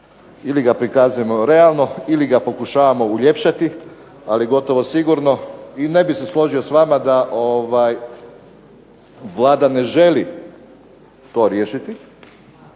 ili ga prikazujemo realno ili ga pokušavamo uljepšati. Ali gotovo sigurno i ne bih se složio s vama da Vlada ne želi to riješiti.